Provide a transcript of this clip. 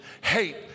hate